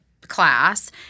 class